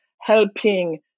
helping